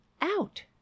out